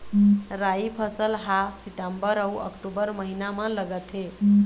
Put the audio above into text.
राई फसल हा सितंबर अऊ अक्टूबर महीना मा लगथे